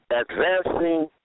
advancing